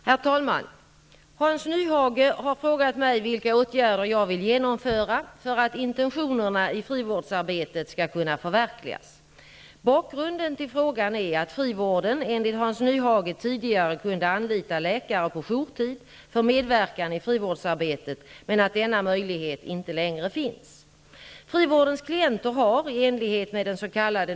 Herr talman! Hans Nyhage har frågat mig vilka åtgärder jag vill genomföra för att intentionerna i frivårdsarbetet skall kunna förverkligas. Bakgrunden till frågan är att frivården, enligt Hans Nyhage, tidigare kunde anlita läkare på jourtid för medverkan i frivårdsarbetet, men att denna möjlighet inte längre finns.